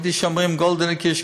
ביידיש אומרים "גאלדענע קישקעס",